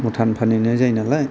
मथान फानहैनाय जायो नालाय